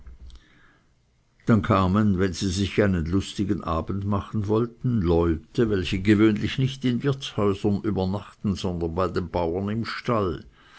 dann kamen wenn sie sich einen lustigen abend machen wollten leute welche gewöhnlich nicht in wirtshäusern übernachten sondern bei den bauern im stall